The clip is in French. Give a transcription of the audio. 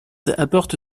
apporte